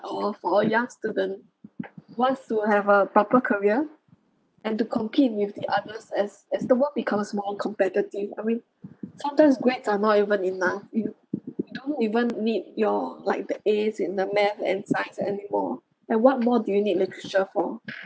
all for a young student who wants to have a better career and to compete with the others as as the world becomes more competitive I mean sometimes grades are not even enough you you don't even need your like the As in the math and science anymore and what more do you need literature for